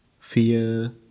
fear